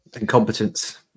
Incompetence